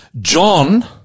John